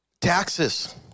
Taxes